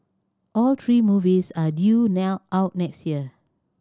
all three movies are due out next year